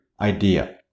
idea